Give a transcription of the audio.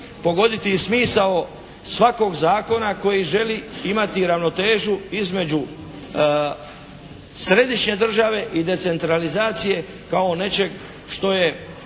pogoditi i smisao svakog zakona koji želi imati ravnotežu između središnje države i decentralizacije kao nečeg što je